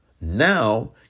now